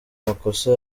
makosa